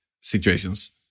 situations